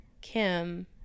Kim